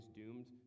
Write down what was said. doomed